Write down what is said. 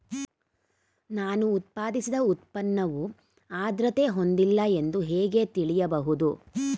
ನಾನು ಉತ್ಪಾದಿಸಿದ ಉತ್ಪನ್ನವು ಆದ್ರತೆ ಹೊಂದಿಲ್ಲ ಎಂದು ಹೇಗೆ ತಿಳಿಯಬಹುದು?